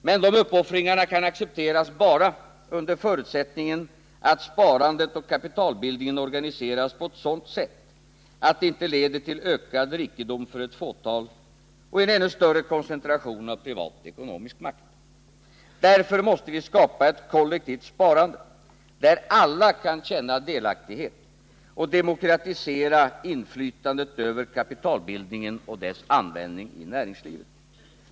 Men dessa uppoffringar kan accepteras bara under den förutsättningen att sparandet och kapitalbildningen organiseras på ett sådant sätt, att det inte leder till ökad rikedom för ett fåtal och en ännu större koncentration av privat ekonomisk makt. Därför måste vi skapa ett kollektivt sparande, där alla kan känna delaktighet, och demokratisera inflytandet över kapitalbildningen och dess användning i näringslivet.